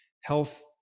health